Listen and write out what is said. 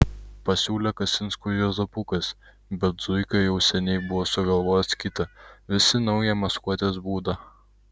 pasiūlė kasinskų juozapukas bet zuika jau seniai buvo sugalvojęs kitą visi naują maskuotės būdą